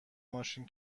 ماشین